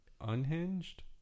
Unhinged